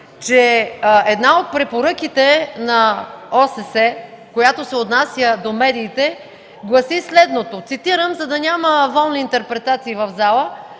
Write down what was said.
че една от препоръките на ОССЕ, която се отнася до медиите, гласи следното. Ще цитирам, за да няма волни интерпретации в залата,